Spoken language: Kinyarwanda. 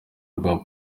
rwa